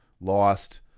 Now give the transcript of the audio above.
lost